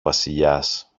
βασιλιάς